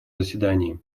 заседании